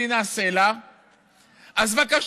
המצב הידרדר ביום שישי בערב